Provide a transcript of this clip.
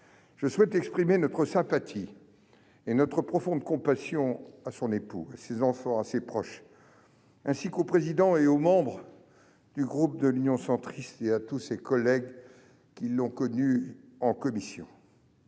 -, j'exprime notre sympathie et notre profonde compassion à son époux, à ses enfants, à ses proches, au président et aux membres du groupe Union Centriste, ainsi qu'à tous ses collègues qui l'ont connu en commission.